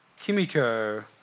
Kimiko